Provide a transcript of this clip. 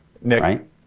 Nick